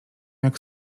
jak